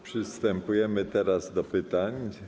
Przystępujemy teraz do pytań.